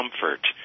comfort